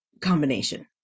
combination